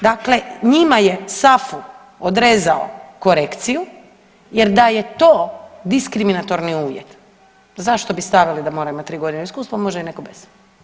Dakle, njima je SAFU odrezao korekciju, jer da je to diskriminatorni uvjet zašto bi stavili da mora imati tri godine iskustvo može i netko bez.